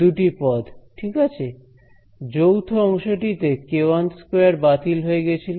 দুটি পদ ঠিক আছে যৌথ অংশটিতে k12 বাতিল হয়ে গেছিল